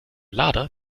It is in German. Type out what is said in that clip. lader